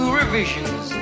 revisions